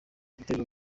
igitero